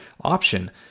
option